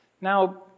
Now